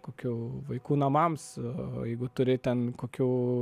kokių vaikų namams o jeigu turi ten kokių